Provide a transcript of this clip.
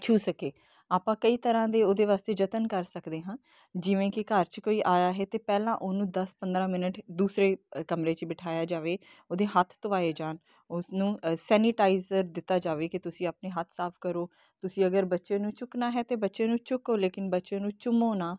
ਛੂਹ ਸਕੇ ਆਪਾਂ ਕਈ ਤਰ੍ਹਾਂ ਦੇ ਉਹਦੇ ਵਾਸਤੇ ਯਤਨ ਕਰ ਸਕਦੇ ਹਾਂ ਜਿਵੇਂ ਕਿ ਘਰ 'ਚ ਕੋਈ ਆਇਆ ਹੈ ਤਾਂ ਪਹਿਲਾਂ ਉਹਨੂੰ ਦਸ ਪੰਦਰ੍ਹਾਂ ਮਿੰਟ ਦੂਸਰੇ ਕਮਰੇ 'ਚ ਬਿਠਾਇਆ ਜਾਵੇ ਉਹਦੇ ਹੱਥ ਧਵਾਏ ਜਾਣ ਉਸਨੂੰ ਸੈਨੀਟਾਈਜ ਦਿੱਤਾ ਜਾਵੇ ਕਿ ਤੁਸੀਂ ਆਪਣੇ ਹੱਥ ਸਾਫ ਕਰੋ ਤੁਸੀਂ ਅਗਰ ਬੱਚੇ ਨੂੰ ਚੁੱਕਣਾ ਹੈ ਤਾਂ ਬੱਚੇ ਨੂੰ ਚੁੱਕੋ ਲੇਕਿਨ ਬੱਚੇ ਨੂੰ ਚੁੰਮੋ ਨਾ